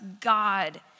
God